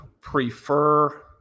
prefer